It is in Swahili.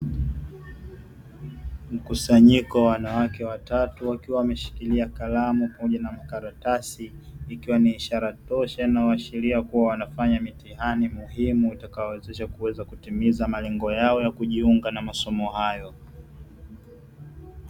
Mkusanyiko wa wanawake watatu wakiwa wameshikilia kalamu pamoja na makaratasi, ikiwa ni ishara tosha inayoashiria kua wanafanya mitihani muhimu itakayo wawezesha kutimiza malengo yao ya kujiunga na masomo hayo.